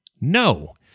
No